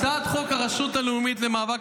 הצעת חוק הרשות הלאומית למאבק,